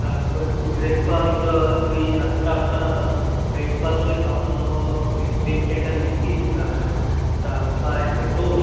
তারপর একটু ব্রেকফাস্ট ওই সাতটা আটটা নাগাদ ব্রেকফাস্টে সামান্য ক্রিম ক্র্যাকার বিস্কিট অ্যান্ড বা একটা টোস্ট